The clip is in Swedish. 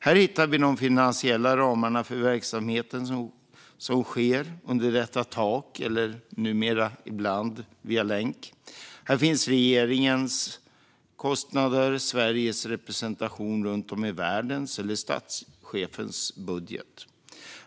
Här hittar vi de finansiella ramarna för verksamheten som sker under detta tak, eller numera ibland via länk. Här finns regeringens kostnader, Sveriges representation runt om i världen och statschefens budget.